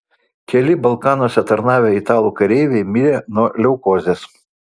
keli balkanuose tarnavę italų kareiviai mirė nuo leukozės